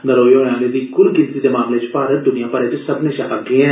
नरोए होने आहलें दी कुल गिनतरी दे मामले च भारत दुनिया भरै च सब्मनें शा अग्गे ऐ